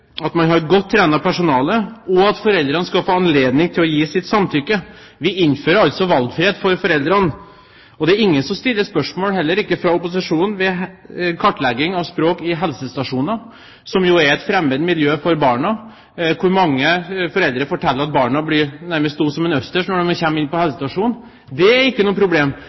at man har godt trent personale, og at foreldrene får anledning til å gi sitt samtykke. Vi innfører altså valgfrihet for foreldrene. Det er ingen, heller ikke opposisjonen, som stiller spørsmål ved kartlegging av språk i helsestasjoner, som jo er et fremmed miljø for barna. Mange foreldre forteller at barna nærmest blir stumme som østers når de kommer inn på helsestasjonen. Dét er ikke noe problem,